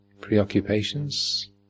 preoccupations